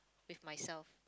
with myself